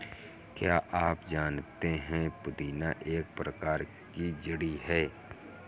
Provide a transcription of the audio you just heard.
क्या आप जानते है पुदीना एक प्रकार की जड़ी है